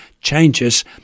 changes